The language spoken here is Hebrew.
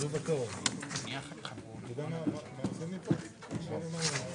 גם במשרד הביטחון הכסף הזה שימש לדבר הזה.